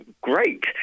great